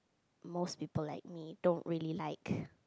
most people like me don't really like